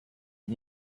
you